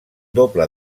doble